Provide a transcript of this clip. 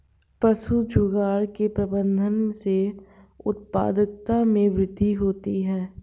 पशुझुण्ड के प्रबंधन से उत्पादकता में वृद्धि होती है